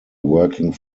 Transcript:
working